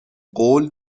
قول